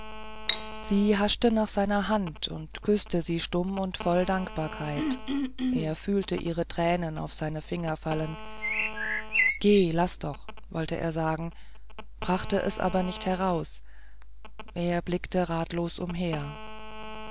sie haschte nach seiner hand und küßte sie stumm und voll dankbarkeit er fühlte ihre tränen auf seine finger fallen geh laß doch wollte er sagen brachte es aber nicht heraus er blickte ratlos umher